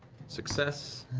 success.